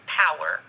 power